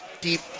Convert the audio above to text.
deep